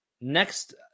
next